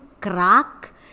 crack